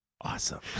awesome